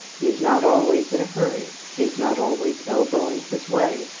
he is not always in a hurry. he is not always elbowing his way,